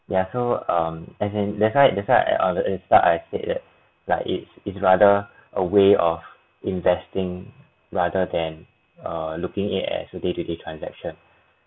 yeah so um as in that's why that's why I at the start I said that like it's it's rather a way of investing rather than err looking at it as day to day transaction